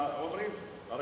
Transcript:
מה